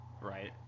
Right